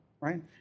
right